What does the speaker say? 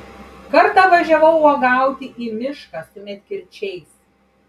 kartą važiavau uogauti į mišką su medkirčiais